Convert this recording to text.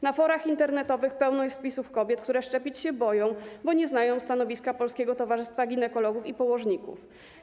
Na forach internetowych pełno jest wpisów kobiet, które szczepić się boją, bo nie znają stanowiska Polskiego Towarzystwa Ginekologów i Położników.